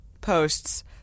posts